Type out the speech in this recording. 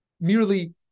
merely